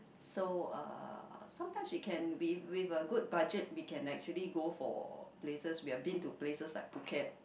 so uh sometimes we can with with a good budget we can actually go for places we have been to places like Phuket